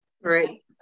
Right